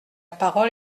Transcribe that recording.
parole